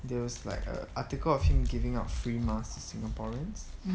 there was like a article of him giving out free mask to singaporeans